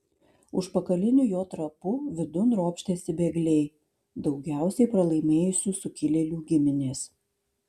užpakaliniu jo trapu vidun ropštėsi bėgliai daugiausiai pralaimėjusių sukilėlių giminės